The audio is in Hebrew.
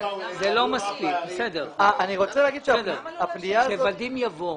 עם כל הכבוד, אני רוצה ש-ודים יבוא.